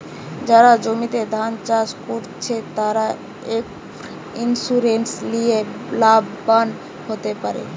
যারা জমিতে ধান চাষ কোরছে, তারা ক্রপ ইন্সুরেন্স লিয়ে লাভবান হোতে পারে